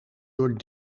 door